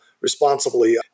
responsibly